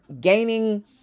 gaining